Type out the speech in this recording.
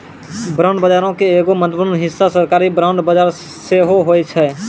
bond बजारो के एगो महत्वपूर्ण हिस्सा सरकारी बांड बजार सेहो होय छै